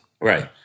Right